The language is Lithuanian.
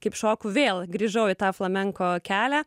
kaip šoku vėl grįžau į tą flamenko kelią